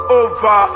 over